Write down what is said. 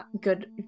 good